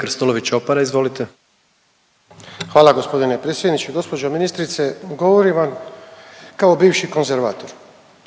**Krstulović Opara, Andro (HDZ)** Hvala g. predsjedniče, gđo ministrice. Govorim vam kao bivši konzervator.